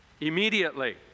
immediately